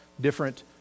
different